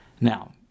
now